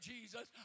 Jesus